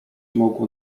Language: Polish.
mógł